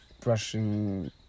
brushing